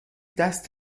دست